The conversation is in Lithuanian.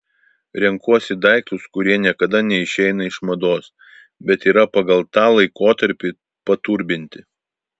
renkuosi daiktus kurie niekada neišeina iš mados bet yra pagal tą laikotarpį paturbinti